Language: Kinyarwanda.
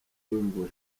y’imvura